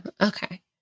Okay